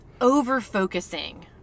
over-focusing